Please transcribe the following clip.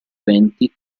eventi